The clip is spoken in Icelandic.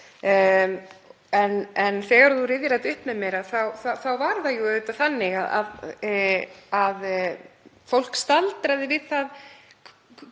En þegar þú rifjar þetta upp með mér þá var það auðvitað þannig að fólk staldraði við það